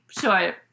sure